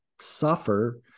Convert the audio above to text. suffer